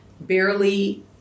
barely